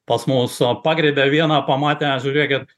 pas mus pagriebė vieną pamatė žiūrėkit